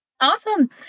Awesome